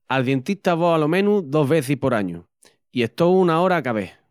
Al dientista vo alo menus dos vecis por añu i estó una ora a ca ves.